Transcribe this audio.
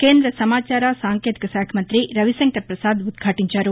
కేంద్ర సమాచార సాంకేతిక శాఖ మంఁతి రవిశంకర ప్రసాద్ ఉద్భాటించారు